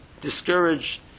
discourage